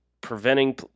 preventing